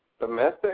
Domestic